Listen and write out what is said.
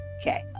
okay